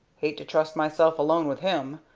hate to trust myself alone with him.